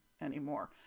anymore